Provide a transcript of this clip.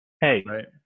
Hey